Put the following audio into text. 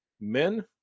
men